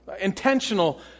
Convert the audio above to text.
intentional